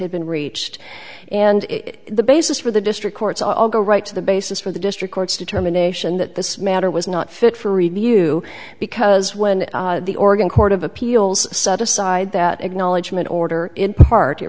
had been reached and the basis for the district court's i'll go right to the basis for the district court's determination that this matter was not fit for review because when the organ court of appeals set aside that acknowledgment order in part it